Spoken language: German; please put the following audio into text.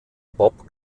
bob